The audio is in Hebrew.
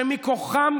שמכוחם,